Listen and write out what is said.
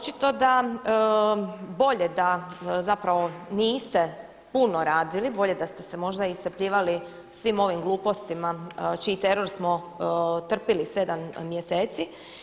Očito da bolje da zapravo niste puno radili, bolje da ste se možda iscrpljivali svim ovim glupostima čiji teror smo trpili 7 mjeseci.